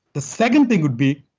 the second thing would be,